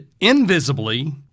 invisibly